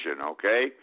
okay